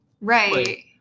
Right